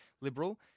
liberal